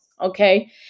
okay